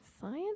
science